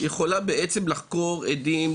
היא יכולה לחקור עדים,